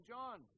John